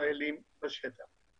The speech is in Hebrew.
ישראלים בשטח.